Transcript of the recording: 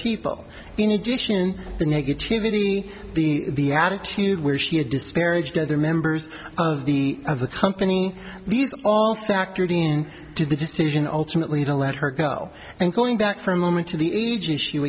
people in the negativity the attitude where she had disparaged other members of the of the company these all factored in to the decision ultimately to let her go and going back for a moment to the age issue